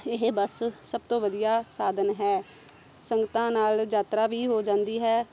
ਇਹ ਬੱਸ ਸਭ ਤੋਂ ਵਧੀਆ ਸਾਧਨ ਹੈ ਸੰਗਤਾਂ ਨਾਲ ਯਾਤਰਾ ਵੀ ਹੋ ਜਾਂਦੀ ਹੈ